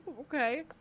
Okay